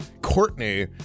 Courtney